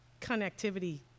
connectivity